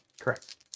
Correct